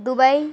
Dubai